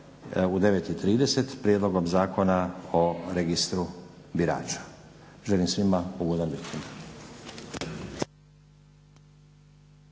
u 9,30 prijedlogom Zakona o registru birača. Želim svima ugodan vikend.